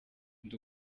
ndi